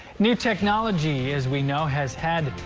new technology as we know has had.